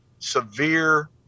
severe